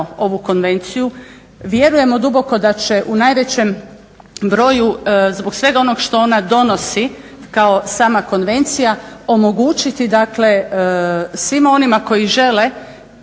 ovu konvenciju. Vjerujemo duboko da će u najvećem broju zbog svega onog što ona donosi kao sama konvencija omogućiti dakle svim onima koji žele